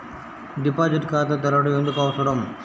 Deposit ఖాతా తెరవడం ఎందుకు అవసరం?